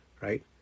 Right